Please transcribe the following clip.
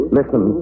Listen